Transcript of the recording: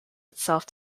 itself